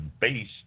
base